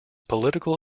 political